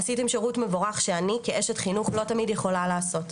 עשיתם שירות מבורך שאני כאשת חינוך לא תמיד יכולה לעשות,